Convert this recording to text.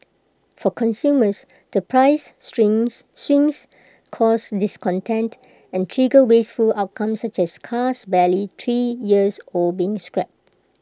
for consumers the price swings swings cause discontent and trigger wasteful outcomes such as cars barely three years old being scrapped